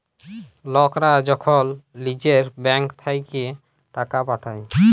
লকরা যখল লিজের ব্যাংক থ্যাইকে টাকা পাঠায়